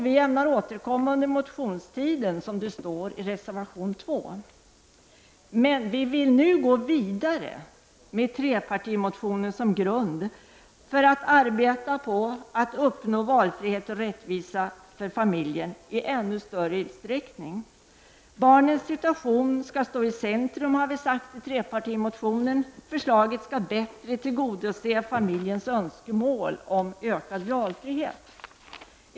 Vi ämnar återkomma under motionstiden, vilket framgår av reservation 2. Men vi vill nu gå vidare med trepartimotionen som grund för att arbeta vidare på att uppnå valfrihet och rättvisa för familjen i ännu större utsträckning. Vi har i trepartimotionen sagt att barnens situation skall stå i centrum. Förslaget skall bättre tillgodose familjens önskemål om ökad valfrihet.